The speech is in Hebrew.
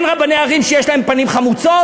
אין רבני ערים שיש להם פנים חמוצות?